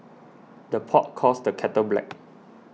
the pot calls the kettle black